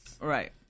right